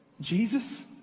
Jesus